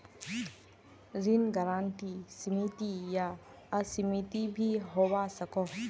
ऋण गारंटी सीमित या असीमित भी होवा सकोह